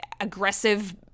aggressive